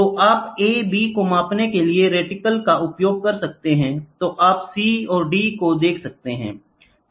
तो आप a b को मापने के लिए रेटिकल का उपयोग कर सकते हैं तो आप c और d को देख सकते हैं